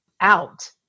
out